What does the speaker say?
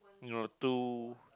no two